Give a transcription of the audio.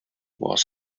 was